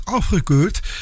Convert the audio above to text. afgekeurd